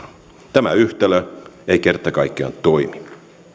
tämä yhtälö ei kerta kaikkiaan toimi